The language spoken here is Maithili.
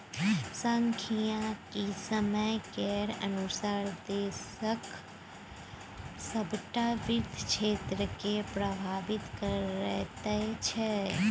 सांख्यिकी समय केर अनुसार देशक सभटा वित्त क्षेत्रकेँ प्रभावित करैत छै